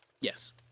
Yes